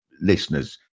listeners